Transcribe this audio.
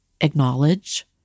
acknowledge